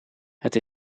het